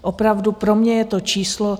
Opravdu pro mě je to číslo...